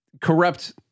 corrupt